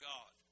God